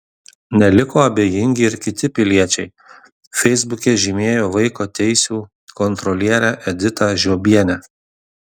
neliko abejingi ir kiti piliečiai feisbuke žymėjo vaiko teisių kontrolierę editą žiobienę